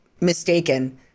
mistaken